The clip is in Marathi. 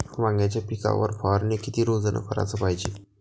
वांग्याच्या पिकावर फवारनी किती रोजानं कराच पायजे?